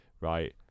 right